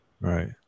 Right